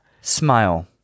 Smile